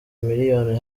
miliyoni